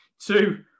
two